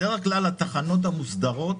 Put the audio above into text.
בדרך כלל התחנות המוסדרות,